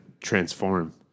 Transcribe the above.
transform